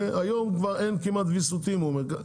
כי התפקיד שלנו הוא לא להגן על האוצר או על